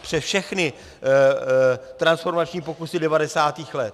Přes všechny transformační pokusy 90. let.